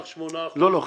לא,